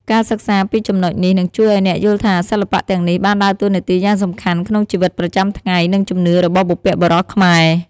ការសិក្សាពីចំណុចនេះ នឹងជួយឱ្យអ្នកយល់ថា សិល្បៈទាំងនេះបានដើរតួនាទីយ៉ាងសំខាន់ក្នុងជីវិតប្រចាំថ្ងៃ និងជំនឿរបស់បុព្វបុរសខ្មែរ។